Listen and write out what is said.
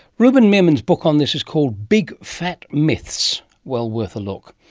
ruben meerman's book on this is called big fat myths well worth a look.